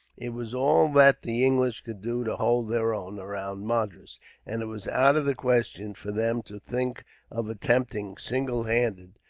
it was all that the english could do to hold their own, around madras and it was out of the question for them to think of attempting, single handed,